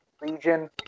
region